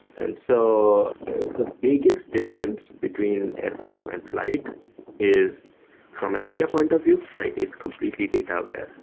and so the biggest difference between airflow and flyte is from an idea point of view, flyte is completely data aware.